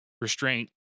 restraint